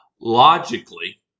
Logically